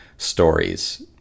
stories